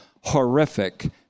horrific